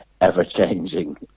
ever-changing